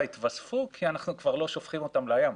התווספו כי אנחנו כבר לא שופכים אותם לים.